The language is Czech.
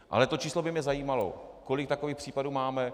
Ale to číslo by mě zajímalo, kolik takových případů máme.